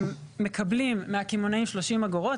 הם מקבלים מהקמעונאים 30 אגורות,